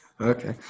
Okay